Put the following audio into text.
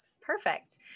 Perfect